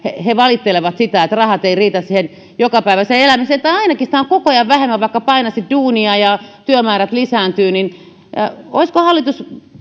he valittelevat sitä että rahat eivät riitä siihen jokapäiväiseen elämiseen tai ainakin sitä on koko ajan vähemmän vaikka painaisit duunia ja työmäärät lisääntyvät olisiko hallitus